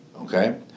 okay